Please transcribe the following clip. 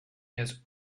has